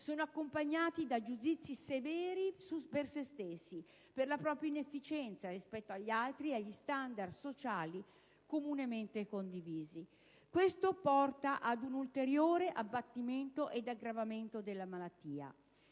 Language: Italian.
sono accompagnati da giudizi severi per se stessi, per la propria inefficienza rispetto agli altri e agli standard sociali comunemente condivisi: questo porta ad un ulteriore abbattimento e ad un aggravamento della malattia.